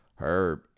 Herb